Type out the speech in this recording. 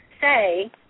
say